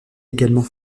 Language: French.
également